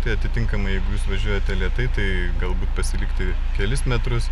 tai atitinkamai jeigu jūs važiuojate lėtai tai galbūt pasilikti kelis metrus